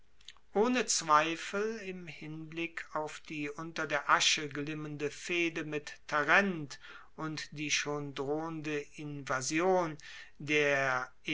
ohne zweifel im hinblick auf die unter der asche glimmende fehde mit tarent und die schon drohende invasion der